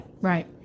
Right